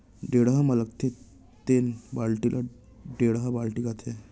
टेड़ा म लगथे तेन बाल्टी ल टेंड़ा बाल्टी कथें